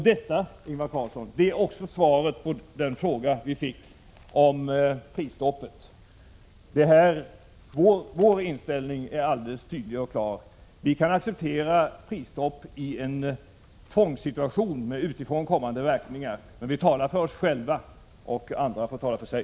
Detta, Ingvar Carlsson, är också svaret på den fråga som vi fick om prisstoppet. Vår inställning är alldeles klar: Vi kan acceptera prisstopp i en tvångssituation, som uppstått på grund av verkningar utifrån. Vi talar för oss själva, andra får tala för sig.